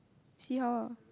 see how lah